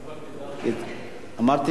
מה אמרתי?